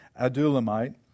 Adulamite